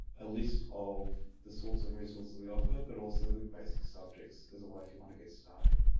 a list of the sorts of resources we offer but also the basic subjects as a way if you want to get started.